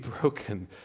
broken